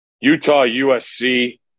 Utah-USC